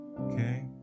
Okay